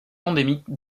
endémique